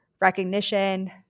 recognition